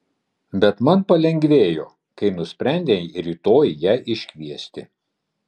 bet man palengvėjo kai nusprendei rytoj ją iškviesti